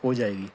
ਹੋ ਜਾਵੇਗੀ